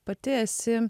pati esi